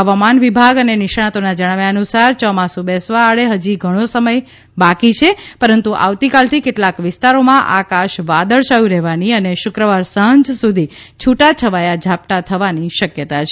હવામાન વિભાગ અને નિષ્ણાંતોના જણાવ્યા અનુસાર ચોમાસું બેસવા આડે હજી ઘણો સમય બાકી છે પરંતુ આવતીકાલથી કેટલાંક વિસ્તારોમાં આકાશ વાદળછાયું રહેવાની અને શુક્રવાર સાંજ સુધી છૂટાછવાયાં ઝાપટાં થવાની શક્યતા છે